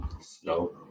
slow